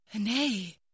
Nay